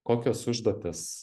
kokios užduotys